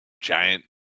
giant